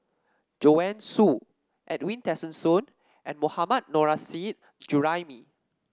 Joanne Soo Edwin Tessensohn and Mohammad Nurrasyid Juraimi